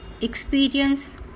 experience